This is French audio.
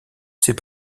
c’est